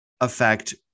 affect